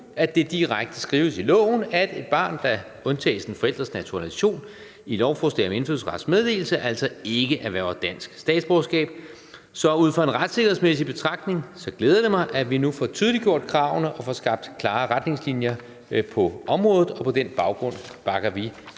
at det direkte skrives i loven, at et barn, der undtages en forælders naturalisation i et lovforslag om indfødsrets meddelelse, ikke erhverver dansk statsborgerskab. Så ud fra en retssikkerhedsmæssig betragtning glæder det mig, at vi nu får tydeliggjort kravene og får skabt klare retningslinjer på området. Og på den baggrund bakker vi